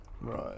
right